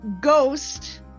Ghost